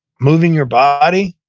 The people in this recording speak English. moving your body,